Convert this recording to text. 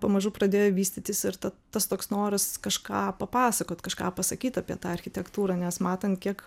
pamažu pradėjo vystytis ir ta tas toks noras kažką papasakot kažką pasakyt apie tą architektūrą nes matant kiek